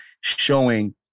showing